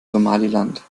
somaliland